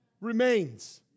remains